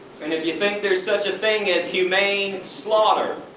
and if you think there is such a thing as humane slaughter,